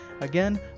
Again